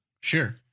Sure